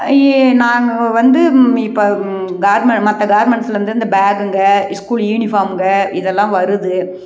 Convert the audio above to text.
நாங்கள் வந்து இப்போ மற்ற கார்மெண்ட்ஸில் இருந்து இந்த பேகுங்க ஸ்கூல் யூனிஃபார்ம்ங்க இதெல்லாம் வருது